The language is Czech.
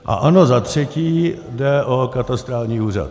A ano, zatřetí, jde o katastrální úřad.